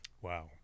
Wow